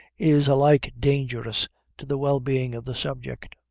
is alike dangerous to the well-being of the subject.